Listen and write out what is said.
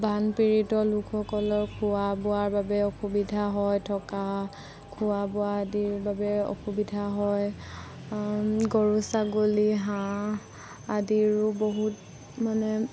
বান পীড়িত লোকসকলৰ খোৱা বোৱাৰ বাবে অসুবিধা হয় থকা খোৱা বোৱা আদিৰ বাবে অসুবিধা হয় গৰু ছাগলী হাঁহ আদিৰো বহুত মানে